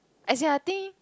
as in I think